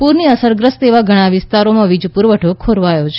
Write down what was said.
પૂરથી અસરગ્રસ્ત એવા ઘણાં વિસ્તારોમાં વીજ પૂરવઠો ખોરવાયો છે